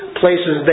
places